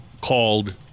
called